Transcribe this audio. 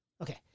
okay